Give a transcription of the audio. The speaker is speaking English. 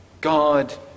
God